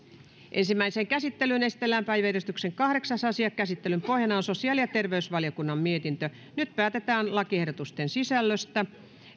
ensimmäiseen käsittelyyn esitellään päiväjärjestyksen kahdeksas asia käsittelyn pohjana on sosiaali ja terveysvaliokunnan mietintö kolmekymmentäyhdeksän nyt päätetään lakiehdotusten sisällöstä